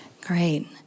Great